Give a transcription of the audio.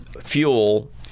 fuel